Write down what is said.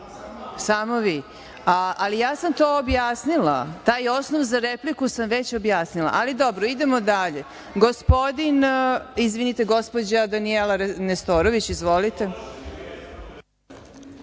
vi. Samo vi. Ali, ja sam to objasnila. Taj osnov za repliku sam već objasnila, ali dobro, idemo dalje. Gospođa Danijela Nestorović. Izvolite.